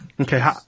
Okay